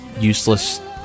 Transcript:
Useless